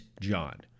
John